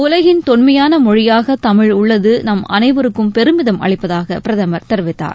உலகின் தொன்மையான மொழியாக தமிழ் உள்ளது நாம் அனைவருக்கும் பெருமிதம் அளிப்பதாக பிரதமர் தெரிவித்தார்